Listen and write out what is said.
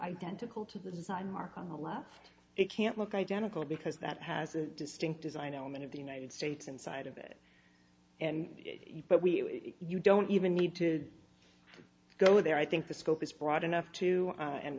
identical to the design mark on the left it can't look identical because that has a distinct design element of the united states inside of it and but we you don't even need to go there i think the scope is broad enough to a